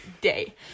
Day